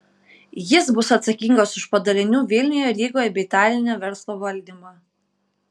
jis bus atsakingas už padalinių vilniuje rygoje bei taline verslo valdymą